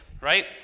right